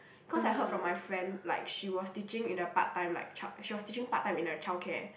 cause I heard from my friend like she was teaching in the part-time like chi~ she was teaching part-time in a childcare